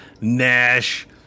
Nash